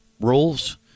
rules